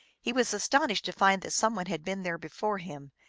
he was astonished to find that some one had been there before him,